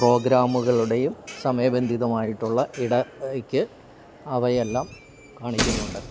പ്രോഗ്രാമ്കളുടെയും സമയബന്ധിതമായിട്ടുള്ള ഇടയ്ക്ക് അവയെല്ലാം കാണിക്കുന്നുണ്ട്